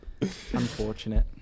unfortunate